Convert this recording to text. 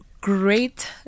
great